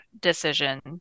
decision